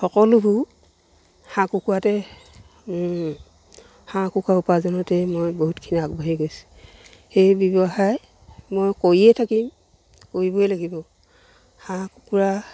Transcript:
সকলোবোৰ হাঁহ কুকুৰাতে হাঁহ কুকুৰা উপাৰ্জনতেই মই বহুতখিনি আগবাঢ়ি গৈছোঁ সেই ব্যৱসায় মই কৰিয়ে থাকিম কৰিবই লাগিব হাঁহ কুকুৰা